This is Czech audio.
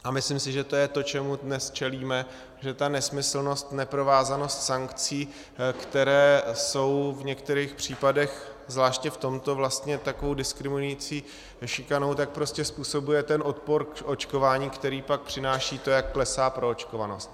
A myslím si, že to je to, čemu dnes čelíme, že ta nesmyslnost, neprovázanost sankcí, které jsou v některých případech, zvláště v tomto, takovou diskriminující šikanou, prostě způsobuje ten odpor k očkování, který pak přináší to, jak klesá proočkovanost.